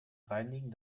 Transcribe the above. reinigen